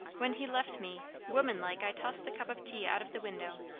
when he left me, woman-like i tossed the cup of tea out of the window,